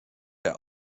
der